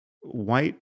white